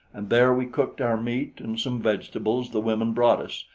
and there we cooked our meat and some vegetables the women brought us,